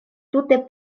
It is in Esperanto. tute